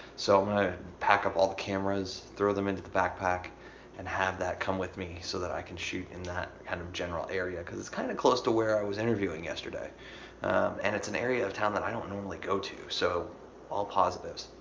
so i'm gonna pack up all the cameras, throw them into the backpack and have that come with me so that i can shoot in that kind of general area cause it's kinda close to where i was interviewing yesterday and it's an area of town that i don't normally go to, so all positives.